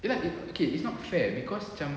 ye lah okay it's not fair cause macam